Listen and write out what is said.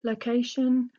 location